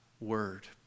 word